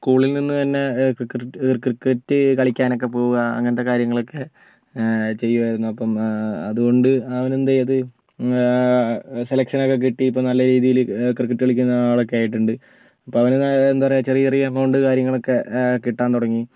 സ്കൂളിൽ നിന്ന് തന്നെ ക്രി ക്രിക്കറ്റ് കളിക്കാനൊക്കെ പോകുക അങ്ങനത്തെ കാര്യങ്ങളൊക്കെ ചെയ്യുമായിരുന്നു അപ്പം അതുകൊണ്ട് അവൻ എന്തു ചെയ്തു സെലെക്ഷൻ ഒക്കെ കിട്ടി ഇപ്പം നല്ല രീതിയിൽ ക്രിക്കറ്റ് കളിക്കുന്ന ആളൊക്കെ ആയിട്ടുണ്ട് അപ്പം അവന് എന്താ പറയുക ചെറിയ ചെറിയ എമൗണ്ട് കാര്യങ്ങളൊക്കെ കിട്ടാൻ തുടങ്ങി